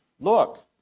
look